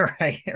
right